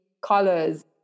colors